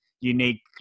unique